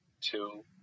two